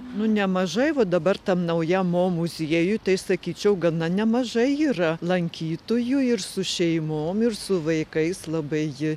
nu nemažai va dabar tam naujam mo muziejuj tai sakyčiau gana nemažai yra lankytojų ir su šeimom ir su vaikais labai ji